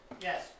Yes